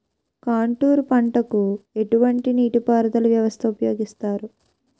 Contour పంటకు ఎటువంటి నీటిపారుదల వ్యవస్థను ఉపయోగిస్తారు?